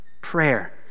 Prayer